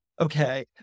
Okay